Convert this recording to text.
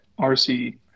rc